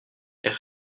est